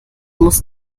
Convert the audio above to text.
muss